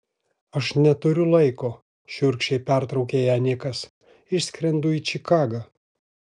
aš neturiu laiko šiurkščiai pertraukė ją nikas išskrendu į čikagą